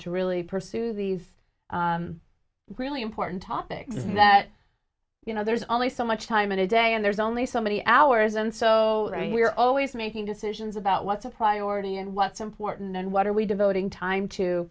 to really pursue these really important topics is that you know there's only so much time in a day and there's only so many hours and so we're always making decisions about what's a priority and what's important and what are we devoting time to